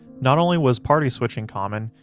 not only was party switching common,